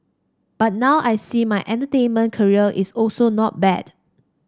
but now I see my entertainment career is also not bad